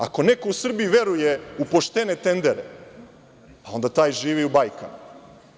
Ako neko u Srbiji veruje u poštene tendere, onda taj živi u bajkama.